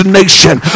nation